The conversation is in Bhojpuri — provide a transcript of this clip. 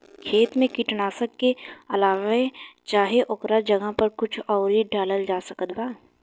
खेत मे कीटनाशक के अलावे चाहे ओकरा जगह पर कुछ आउर डालल जा सकत बा?